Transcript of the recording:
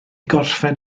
gorffen